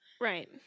Right